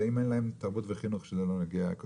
ואם אין להם תרבות וחינוך גם לא ילכו למקום מרוחק.